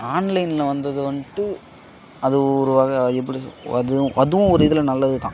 ஆன்லைனில் வந்தது வந்துட்டு அது ஒரு வகை அது எப்படி சொ அதுவும் அதுவும் ஒரு இதில் நல்லது தான்